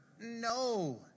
No